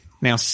Now